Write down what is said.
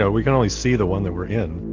yeah we can only see the one that we're in.